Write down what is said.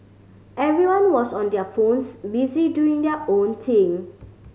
everyone was on their phones busy doing their own thing